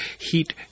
heat